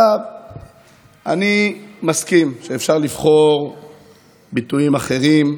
אני מסכים, מחד גיסא, שאפשר לבחור ביטויים אחרים,